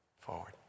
forward